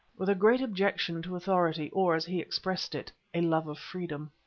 with a great objection to authority, or, as he expressed it, a love of freedom.